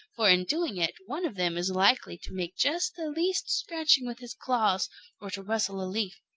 for in doing it one of them is likely to make just the least scratching with his claws, or to rustle a leaf.